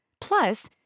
Plus